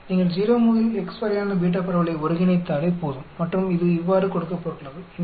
எனவே நீங்கள் 0 முதல் x வரையான பீட்டா பரவலை ஒருங்கிணைத்தாலே போதும் மற்றும் இது இவ்வாறு கொடுக்கப்பட்டுள்ளது